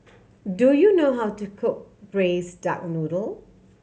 do you know how to cook braise duck noodle